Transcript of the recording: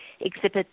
exhibit